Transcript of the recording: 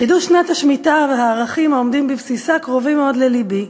חידוש שנת השמיטה והערכים העומדים בבסיסה קרובים מאוד ללבי.